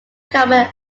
common